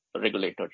regulator